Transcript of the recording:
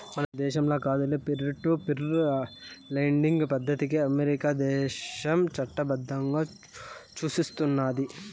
మన దేశంల కాదులే, ఈ పీర్ టు పీర్ లెండింగ్ పద్దతికి అమెరికా దేశం చట్టబద్దంగా సూస్తున్నాది